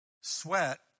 sweat